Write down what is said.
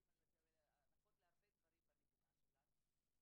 הנחות להרבה דברים במדינה שלנו.